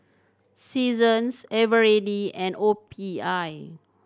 Seasons Eveready and O P I